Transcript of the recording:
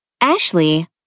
Ashley